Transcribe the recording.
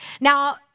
Now